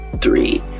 three